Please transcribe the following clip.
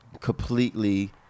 completely